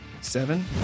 seven